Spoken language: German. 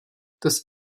das